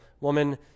Woman